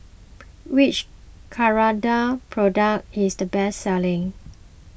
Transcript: which Ceradan product is the best selling